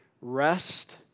Rest